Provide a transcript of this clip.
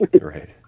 Right